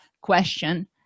question